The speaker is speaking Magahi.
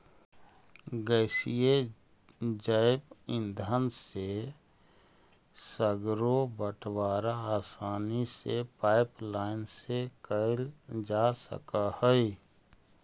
गैसीय जैव ईंधन से सर्गरो बटवारा आसानी से पाइपलाईन से कैल जा सकऽ हई